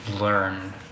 learn